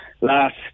last